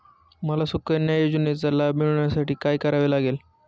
मला सुकन्या योजनेचा लाभ मिळवण्यासाठी काय करावे लागेल?